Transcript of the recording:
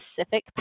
specific